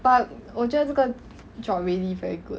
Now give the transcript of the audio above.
but 我觉得这个 job really very good